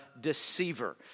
deceiver